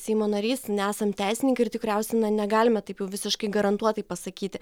seimo narys nesam teisininkai ir tikriausiai na negalime taip jau visiškai garantuotai pasakyti